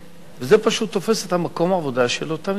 וזה פשוט תופס את מקום העבודה של אותם אזרחים.